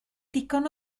digon